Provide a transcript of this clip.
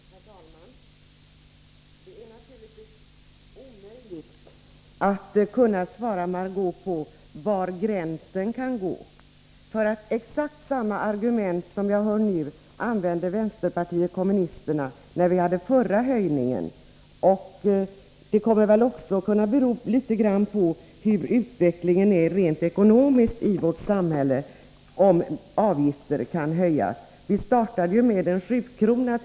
Herr talman! Det är naturligtvis omöjligt att svara Margé Ingvardsson var gränsen kan gå. Exakt samma argument som jag nu hör använde vänsterpartiet kommunisterna vid den förra höjningen. Om avgifter kan höjas kommer också att bero litet grand på hur utvecklingen rent ekonomiskt är i vårt samhälle. Vi startade med sjukronan.